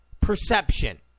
perception